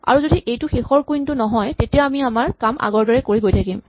আৰু যদি এইটো শেষৰ কুইন টো নহয় তেতিয়া আমি আমাৰ কাম আগৰদৰে কৰি গৈ থাকিম